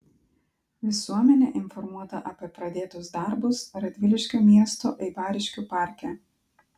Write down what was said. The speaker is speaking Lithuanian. visuomenė informuota apie pradėtus darbus radviliškio miesto eibariškių parke